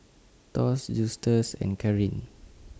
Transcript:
Thos Justus and Caryn